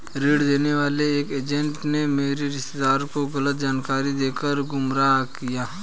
ऋण देने वाले एक एजेंट ने मेरे रिश्तेदार को गलत जानकारी देकर गुमराह किया